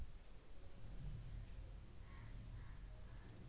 बचत खातं काढासाठी मले कोंते कागद लागन?